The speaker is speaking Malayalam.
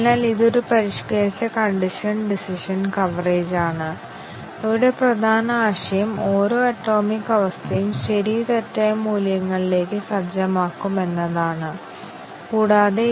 ചില വ്യവസ്ഥകളുടെ ഫലം മറ്റ് വ്യവസ്ഥകളെ വിലയിരുത്തുന്നത് അനാവശ്യമായി മാറ്റുന്നിടത്തോളം കാലം എല്ലാ വ്യവസ്ഥകളും വിലയിരുത്തപ്പെടുന്നില്ല